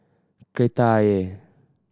Kreta Ayer